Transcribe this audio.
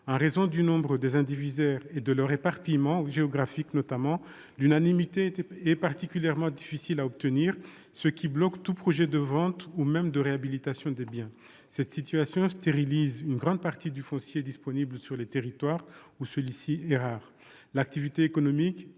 En raison du nombre des indivisaires et de leur éparpillement géographique notamment, l'unanimité est particulièrement difficile à obtenir, ce qui bloque tout projet de vente ou même de réhabilitation des biens. Cette situation stérilise une grande partie du foncier disponible dans des territoires où celui-ci est rare. L'activité économique, tout comme la politique